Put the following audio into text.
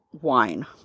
wine